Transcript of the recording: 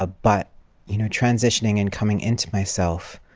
ah but you know transitioning and coming into myself,